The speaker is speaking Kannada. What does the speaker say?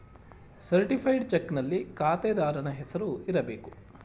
ಸರ್ಟಿಫೈಡ್ ಚಕ್ನಲ್ಲಿ ಖಾತೆದಾರನ ಹೆಸರು ಇರಬೇಕು